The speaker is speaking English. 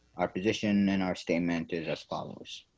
our position in our statement is as follows.